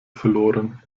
verloren